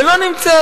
ולא נמצאת,